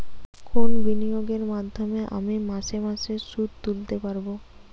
কোন বিনিয়োগের মাধ্যমে আমি মাসে মাসে সুদ তুলতে পারবো?